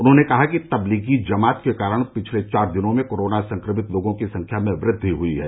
उन्होंने कहा कि तबलीगी जमात के कारण पिछले चार दिनों में कोरोना संक्रमित लोगों की संख्या में वृद्वि हुई है